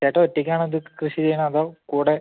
ചേട്ടൻ ഒറ്റയ്ക്കാണോ ഇത് കൃഷി ചെയ്യണത് അതോ കൂടെ